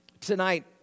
Tonight